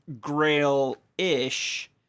grail-ish